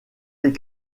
les